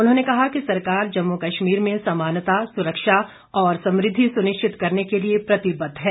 उन्होंने कहा कि सरकार जम्मू कश्मीर में समानता सुरक्षा और समुद्धि सुनिश्चित करने के लिए प्रतिबद्ध है